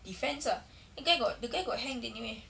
defence ah the guy got the guy got hanged anyway